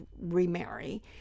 remarry